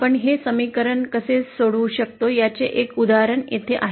आपण हे समीकरण कसे सोडवू शकतो याचे एक उदाहरण येथे आहे